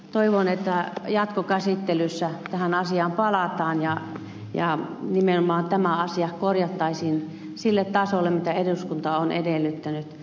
toivon että jatkokäsittelyssä tähän asiaan palataan ja nimenomaan tämä asia korjattaisiin sille tasolle mitä eduskunta on edellyttänyt